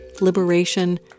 liberation